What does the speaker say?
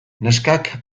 neskak